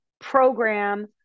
program